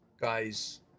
guys